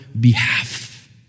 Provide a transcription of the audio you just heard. behalf